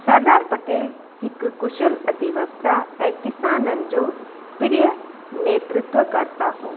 सरदार पटेल हिकु कुशल अधिवक्ता ऐं किसाननि जो प्रिय नेतृत्व कर्ता हो